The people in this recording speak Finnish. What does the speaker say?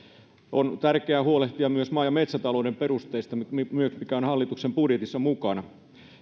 on tärkeää huolehtia myös maa ja metsätalouden perusteista mikä on hallituksen budjetissa mukana